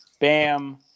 Bam